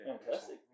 fantastic